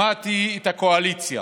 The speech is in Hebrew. שמעתי את הקואליציה